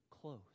close